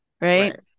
Right